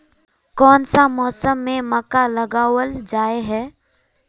कोन सा मौसम में मक्का लगावल जाय है?